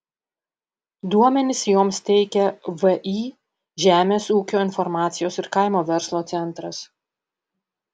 duomenis joms teikia vį žemės ūkio informacijos ir kaimo verslo centras